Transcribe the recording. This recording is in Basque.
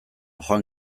joan